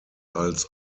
als